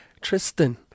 Tristan